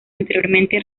anteriormente